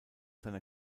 seiner